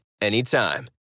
anytime